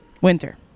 Winter